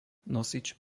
nosič